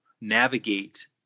navigate